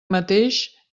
mateix